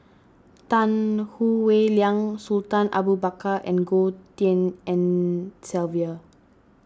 Tan Howe Liang Sultan Abu Bakar and Goh Tshin En Sylvia